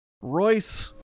Royce